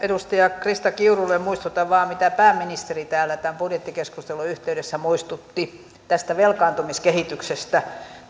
edustaja krista kiurulle muistutan vain mitä pääministeri täällä tämän budjettikeskustelun yhteydessä muistutti tästä velkaantumiskehityksestä